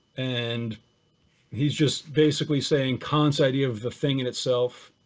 and he's just basically saying, kant's idea of the thing in itself,